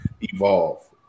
evolve